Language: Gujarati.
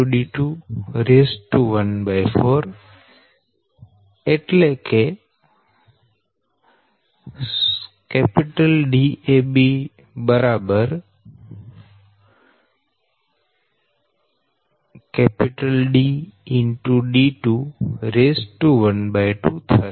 d212 થશે